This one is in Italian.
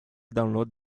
download